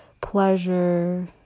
pleasure